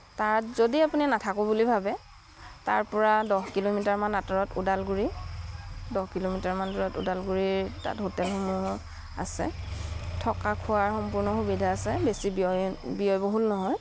তাত যদি আপুনি নাথাকোঁ বুলি ভাবে তাৰপৰা দহ কিলোমিটাৰমান আঁতৰত ওদালগুৰি দহ কিলোমিটাৰমান দূৰত ওদালগুৰিৰ তাত হোটেলসমূহো আছে থকা খোৱাৰ সম্পূৰ্ণ সুবিধা আছে বেছি ব্যয় ব্যয়বহুল নহয়